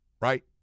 Right